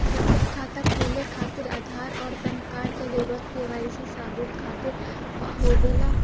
बचत खाता खोले खातिर आधार और पैनकार्ड क जरूरत के वाइ सी सबूत खातिर होवेला